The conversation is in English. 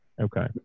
Okay